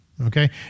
Okay